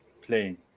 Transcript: playing